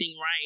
right